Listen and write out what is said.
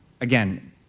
Again